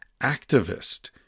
activist